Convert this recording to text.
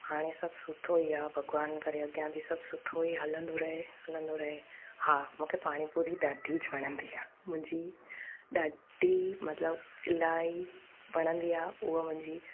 हाणे सभु सुठो ई आहे भॻवानु करे अॻियां बि सभु सुठो ई हलंदो रहे हलंदो रहे हा मूंखे पाणी पूरी ॾाढी ज वणंदी आहे मुंहिंजी ॾाढी मतलबु इलाही वणंदी आहे उहा मुंहिंजी